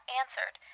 answered